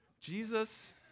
Jesus